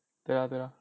对啊对啊